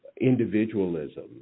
individualism